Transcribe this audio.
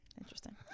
Interesting